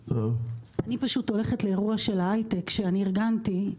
אני פשוט הולכת לאירוע של ההייטק שאני ארגנתי,